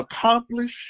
accomplish